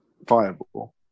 viable